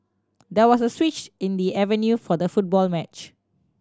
there was a switch in the avenue for the football match